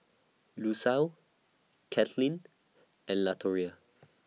Lucile Caitlyn and Latoria